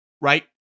right